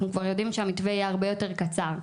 כבר יודעים שהמתווה יהיה הרבה יותר קצר,